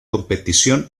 competición